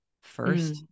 first